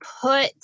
put